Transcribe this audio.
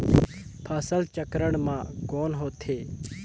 फसल चक्रण मा कौन होथे?